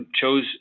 chose